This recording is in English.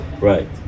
Right